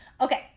Okay